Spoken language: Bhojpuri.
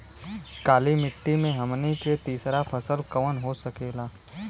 काली मिट्टी में हमनी के तीसरा फसल कवन हो सकेला?